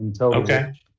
Okay